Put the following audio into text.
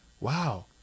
wow